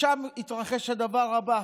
שם התרחש הדבר הבא: